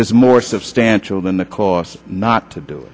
is more substantial than the cost not to do